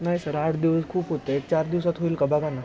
नाही सर आठ दिवस खूप होतं आहे एक चार दिवसात होईल का बघा ना